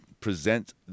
present